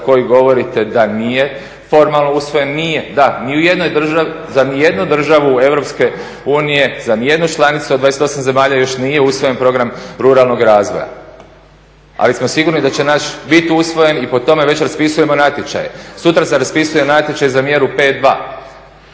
koji govorite da nije formalno usvojen nije. Da, za nijednu državu EU, za nijednu članicu od 28 zemalja još nije usvojen program ruralnog razvoja. Ali smo sigurni da će naš biti usvojen i po tome već raspisujemo natječaje. Sutra se raspisuje natječaj za mjeru 5.2.